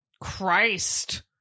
Christ